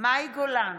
מאי גולן,